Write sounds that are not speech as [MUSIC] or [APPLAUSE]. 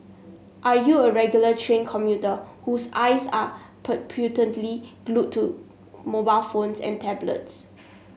are you a regular train commuter whose eyes are [UNINTELLIGIBLE] glued to mobile phones and tablets